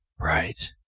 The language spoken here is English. Right